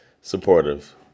supportive